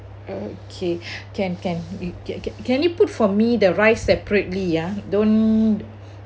okay can can it can can can you put for me the rice separately ya don't